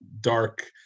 dark